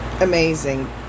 amazing